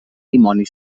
dimoni